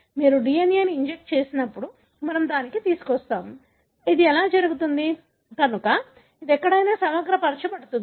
మీరు DNA ని inject చేసినప్పుడు మనము దానికి తీసుకునివస్తాము అది ఎలా జరుగుతుందికనుక ఇది ఎక్కడైనా సమగ్రపరచబడుతుంది